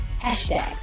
hashtag